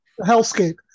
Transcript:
hellscape